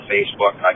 Facebook